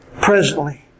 presently